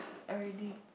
already